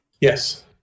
Yes